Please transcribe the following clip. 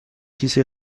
کیسه